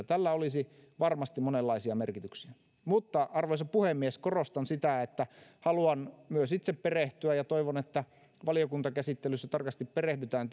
tällä olisi varmasti monenlaisia merkityksiä mutta arvoisa puhemies korostan sitä että haluan myös itse perehtyä ja toivon että valiokuntakäsittelyssä tietysti tarkasti perehdytään